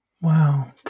Wow